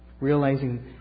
realizing